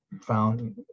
found